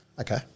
Okay